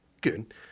Good